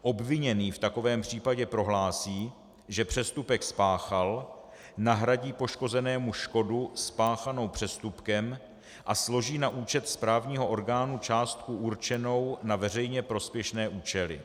Obviněný v takovém případě prohlásí, že přestupek spáchal, nahradí poškozenému škodu spáchanou přestupkem a složí na účet správního orgánu částku určenou na veřejně prospěšné účely.